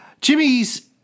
Jimmy's